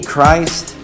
Christ